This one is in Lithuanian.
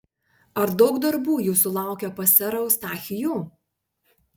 ar daug darbų jūsų laukia pas serą eustachijų